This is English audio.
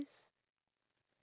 yes